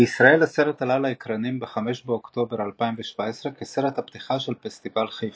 בישראל הסרט עלה לאקרנים ב-5 באוקטובר 2017 כסרט הפתיחה של פסטיבל חיפה.